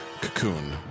Cocoon